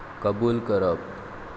कबूल करप